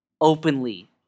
openly